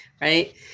Right